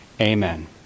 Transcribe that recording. Amen